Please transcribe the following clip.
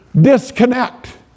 disconnect